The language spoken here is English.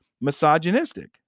misogynistic